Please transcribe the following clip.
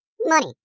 money